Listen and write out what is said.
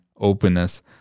openness